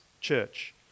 church